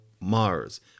Mars